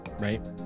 right